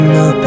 no